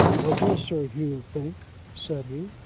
what does sir hugh think? said he.